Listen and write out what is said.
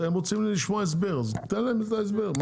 הם רוצים לשמוע הסבר אז תן להם הסבר.